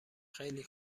خیلی